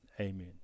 amen